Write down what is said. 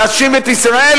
להאשים את ישראל?